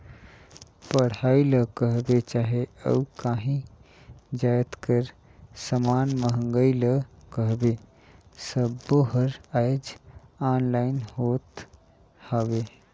पढ़ई ल कहबे चहे अउ काहीं जाएत कर समान मंगई ल कहबे सब्बों हर आएज ऑनलाईन होत हवें